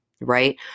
right